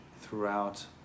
throughout